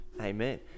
amen